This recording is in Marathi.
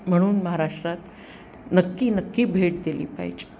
म्हणून महाराष्ट्रात नक्की नक्की भेट दिली पाहिजे